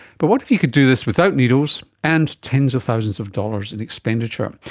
but what if you could do this without needles and tens of thousands of dollars in expenditure?